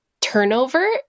turnover